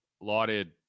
lauded